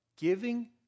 giving